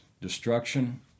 destruction